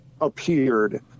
appeared